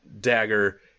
dagger